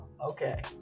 Okay